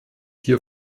hier